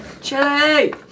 chili